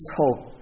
hope